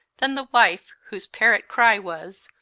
than the wife whose parrot cry was,